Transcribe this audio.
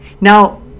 Now